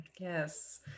yes